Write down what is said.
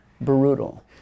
brutal